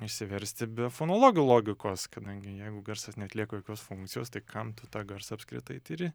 išsiversti be fonologių logikos kadangi jeigu garsas neatlieka jokios funkcijos tai kam tu tą garsą apskritai tiri